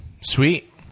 Sweet